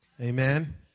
Amen